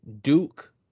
Duke